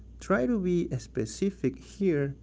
try to be a specific here